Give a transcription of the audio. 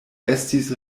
estis